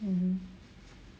mmhmm